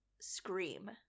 scream